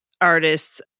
artists